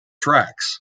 tracks